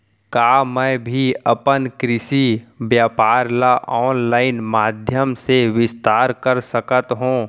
का मैं भी अपन कृषि व्यापार ल ऑनलाइन माधयम से विस्तार कर सकत हो?